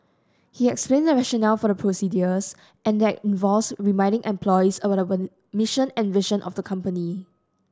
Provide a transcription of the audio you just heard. he explains the rationale for the procedures and that involves reminding employees about mission and vision of the company